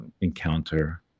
encounter